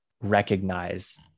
recognize